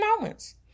moments